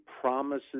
promises